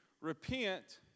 repent